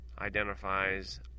identifies